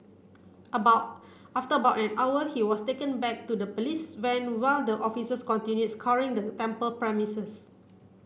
about after about an hour he was taken back to the police van while the officers continued scouring the temple premises